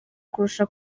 kurusha